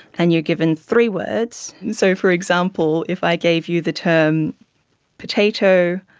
and you're given three words. so, for example, if i gave you the term potato,